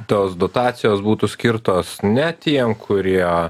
tos dotacijos būtų skirtos ne tiem kurie